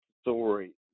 story